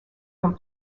from